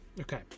Okay